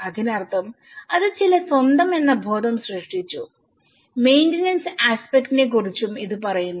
അതിനർത്ഥം അത് ചില സ്വന്തം എന്ന ബോധം സൃഷ്ടിച്ചു മെയിന്റനെൻസ് ആസ്പെക്ട് നെ കുറിച്ചും ഇത് പറയുന്നു